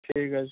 ঠিক আছে